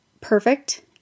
perfect